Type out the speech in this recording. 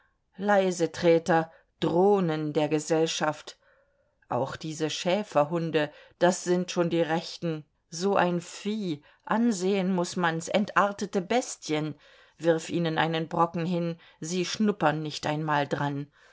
leisetreter drohnen der gesellschaft auch diese schäferhunde das sind schon die rechten so ein vieh ansehen muß man's entartete bestien wirf ihnen einen brocken hin sie schnuppern nicht einmal dran